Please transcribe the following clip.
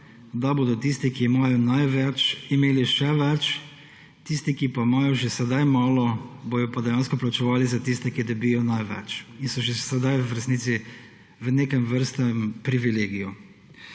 da bodo tisti, ki imajo največ, imeli še več, tisti, ki imajo že sedaj malo, bodo pa dejansko plačevali za tiste, ki dobijo največ in so že sedaj v resnici v neke vrste privilegiju.